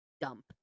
dump